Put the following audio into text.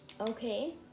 Okay